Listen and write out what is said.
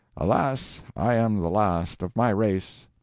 alas, i am the last of my race.